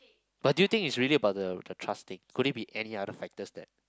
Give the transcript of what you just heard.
but do you think is really about the the drastic could it be any other factors that